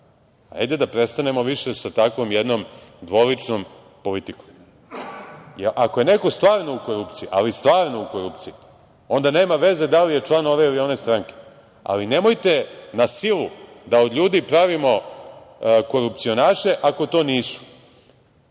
da prestanemo više sa takvom jednom dvoličnom politikom. Ako je neko stvarno u korupciji, ali stvarno u korupciji, onda nema veze da li je član ove ili one stranke, ali nemojte na silu da od ljudi pravimo korupcionaše ako to nisu,